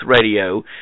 Radio